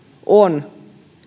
on